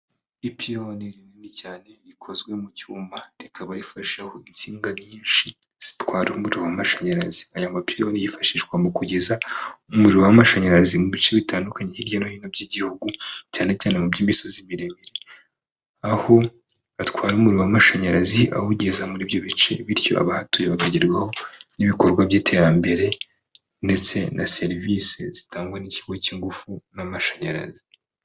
Ipironi rinini cyane rikozwe mu cyuma rikaba rifasheho insinga nyinshi zitwara umuriro w'amashanyarazi, aya mapironi yifashishwa mu kugeza umuriro w'amashanyarazi mu bice bitandukanye hirya no hino by'igihugu, cyane cyane mu by'imisozi miremire aho batwara umuriro w'amashanyarazi ba kawugeza muri ibyo bice bityo abahatuye bakagerwaho n'ibikorwa by'iterambere, ndetse na serivisi zitangwa n'ikigo cy'ingufu n'amashanyarazi.